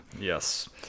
Yes